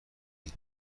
این